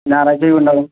ഞായറാഴ്ച ലീവ് ഉണ്ടാകും